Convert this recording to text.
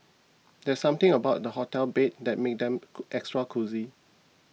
there's something about hotel beds that makes them extra cosy